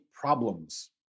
problems